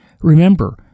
Remember